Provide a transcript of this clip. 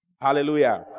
Hallelujah